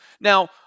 Now